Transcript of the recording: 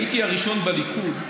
הייתי הראשון בליכוד,